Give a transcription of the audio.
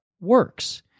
works